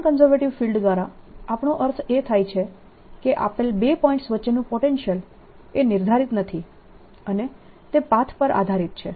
non conservative field દ્વારા આપણો અર્થ એ છે કે આપેલ બે પોઇન્ટ્સ વચ્ચેનું પોટેન્શિયલ એ નિર્ધારિત નથી અને તે પાથ પર આધારિત છે